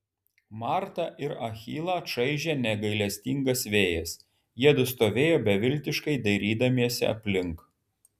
martą ir achilą čaižė negailestingas vėjas jiedu stovėjo beviltiškai dairydamiesi aplink